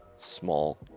small